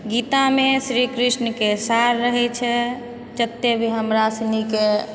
गीतामे श्री कृष्णके सार रहै छै जते भी हमरा सुनिके